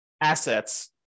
assets